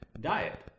diet